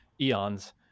eons